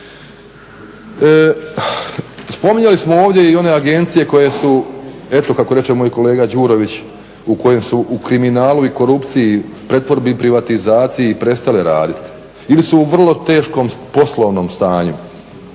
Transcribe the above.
Spominjali smo ovdje i one agencije koje su eto kako reće moj kolega Đurović u kojem su u kriminalu i korupciji, pretvorbi i privatizaciji prestale raditi ili su u vrlo teškom poslovnom stanju